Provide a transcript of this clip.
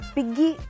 Piggy